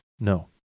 no